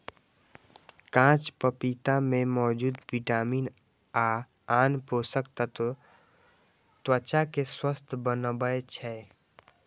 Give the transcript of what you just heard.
कांच पपीता मे मौजूद विटामिन आ आन पोषक तत्व त्वचा कें स्वस्थ बनबै छै